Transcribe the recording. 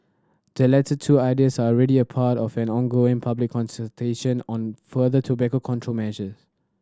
the latter two ideas are already a part of an ongoing public consultation on further tobacco control measures